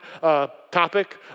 topic